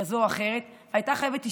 כזאת או אחרת, והיא הייתה חייבת אשפוז.